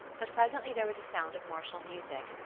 but presently there was a sound of martial music,